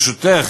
ברשותך,